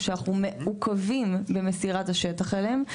שאנחנו מעוכבים במסירת השטח אליהם,